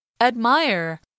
admire